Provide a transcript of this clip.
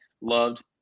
loved